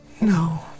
No